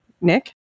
Nick